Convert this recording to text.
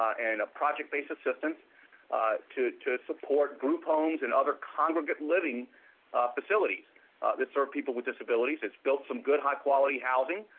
and a project-based assistance to to support group homes and other congregate living facilities that serve people with disabilities. it's built some good, high-quality housing.